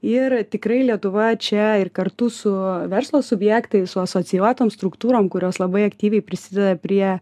ir tikrai lietuva čia ir kartu su verslo subjektais su asocijuotom struktūrom kurios labai aktyviai prisideda prie